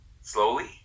slowly